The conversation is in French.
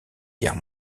guerre